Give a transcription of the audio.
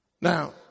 Now